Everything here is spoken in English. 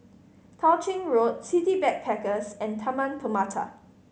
Tao Ching Road City Backpackers and Taman Permata